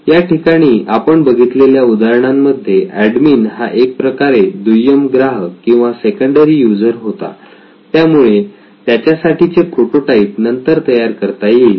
याठिकाणी आपण बघितलेल्या उदाहरणांमध्ये एडमिन हा एक प्रकारे दुय्यम ग्राहक किंवा सेकंडरी यूजर होता त्यामुळे त्याच्यासाठी चे प्रोटोटाइप नंतर तयार करता येईल